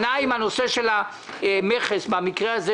לגבי המכס במקרה של